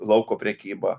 lauko prekyba